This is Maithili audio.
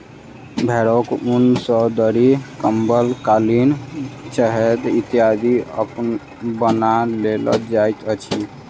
भेंड़क ऊन सॅ दरी, कम्बल, कालीन, चद्दैर इत्यादि बनाओल जाइत अछि